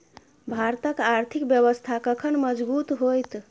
भारतक आर्थिक व्यवस्था कखन मजगूत होइत?